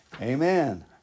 Amen